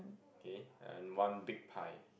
okay and one big pie